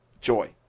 joy